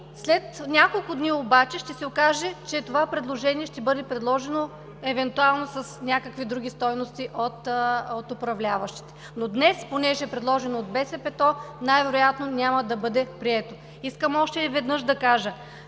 След няколко дни обаче ще се окаже, че това предложение ще бъде направено евентуално с някакви други стойности от управляващите, но днес, понеже е предложено от БСП, то най-вероятно няма да бъде прието. Искам още веднъж да кажа.